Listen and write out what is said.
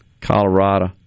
Colorado